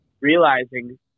realizing